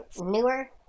newer